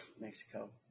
Mexico